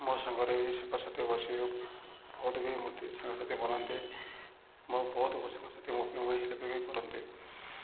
ମୋ ସାଙ୍ଗରେ ସାଙ୍ଗସାଥି ବସିବ ବହୁତ ବି ମୂର୍ତ୍ତି ସାଙ୍ଗସାଥି ବନାନ୍ତି ମୋ ବହୁତ ସାଙ୍ଗସାଥି ମୋ ହେଲ୍ପ ବି କରନ୍ତେ